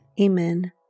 Amen